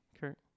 Kurt